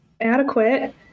adequate